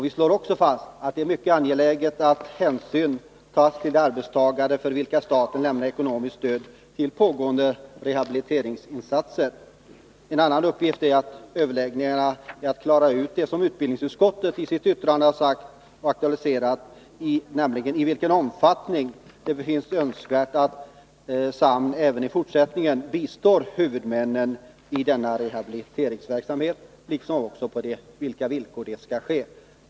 Vi slår också fast att det är mycket angeläget att hänsyn tas till de arbetstagare för vilka staten lämnar ekonomiskt stöd i pågående rehabiliteringsinsatser. En annan uppgift är att i överläggningarna klara ut det som utbildningsutskottet har aktualiserat i sitt yttrande, nämligen om det befinnes önskvärt att SAMN även i fortsättningen bistår huvudmännen i denna rehabiliteringsverksamhet liksom också på vilka villkor det skall ske.